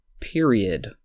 period